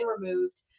removed